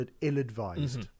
ill-advised